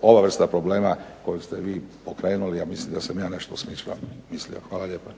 ova vrsta problema koju ste vi pokrenuli.../Govornik se ne razumije./... Hvala lijepa.